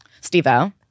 Steve-O